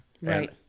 Right